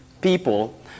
people